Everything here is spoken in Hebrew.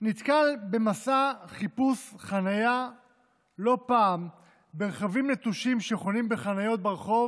נתקל במסע חיפוש החניה לא פעם ברכבים נטושים שחונים בחניות ברחוב